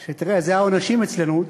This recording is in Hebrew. תראה, זה העונשים אצלנו,